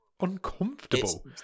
Uncomfortable